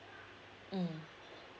mm